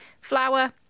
flour